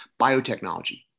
Biotechnology